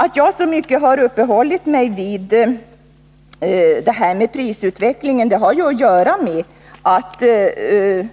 Att jag så mycket har uppehållit mig vid prisutvecklingen har att göra med det förhållandet, att